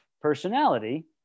personality